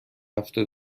هفته